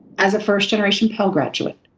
as a first generation pell graduate,